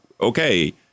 okay